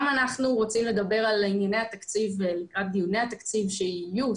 גם אנחנו רוצים לדבר על ענייני התקציב לקראת דיוני התקציב שיהיו.